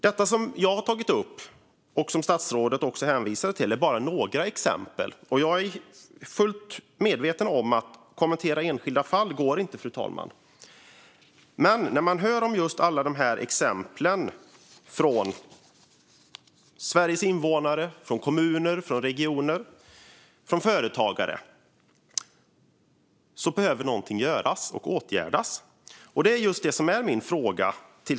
Detta som jag har tagit upp och som statsrådet hänvisar till är bara några exempel. Jag är fullt medveten om att det inte går att kommentera enskilda fall, fru talman. Men alla dessa exempel som rör Sveriges invånare, kommuner, regioner och företagare visar att något behöver göras och åtgärdas. Min fråga till statsrådet gäller just det.